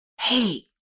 hey